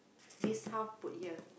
this half put here